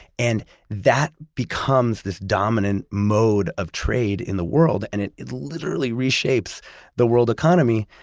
and that becomes this dominant mode of trade in the world. and it it literally reshapes the world economy,